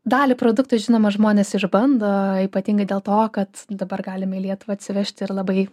dalį produktų žinoma žmonės išbando ypatingai dėl to kad dabar galime į lietuvą atsivežti ir labai